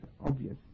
obvious